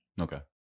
okay